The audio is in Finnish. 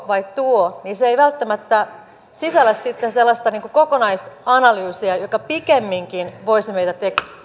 vai tuo ei välttämättä sisällä sitten sellaista kokonaisanalyysia joka pikemminkin voisi meitä